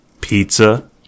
pizza